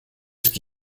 ist